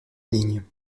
ligne